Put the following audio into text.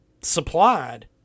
supplied